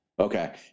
Okay